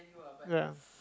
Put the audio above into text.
ya